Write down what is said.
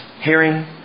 hearing